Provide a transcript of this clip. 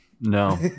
no